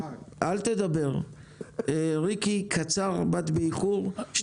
ריקי, בקצרה, בבקשה.